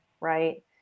right